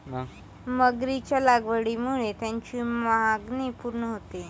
मगरीच्या लागवडीमुळे त्याची मागणी पूर्ण होते